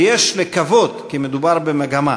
ויש לקוות כי מדובר במגמה,